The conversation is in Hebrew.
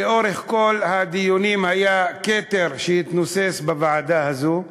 לאורך כל הדיונים היה כתר שהתנוסס בוועדה הזו,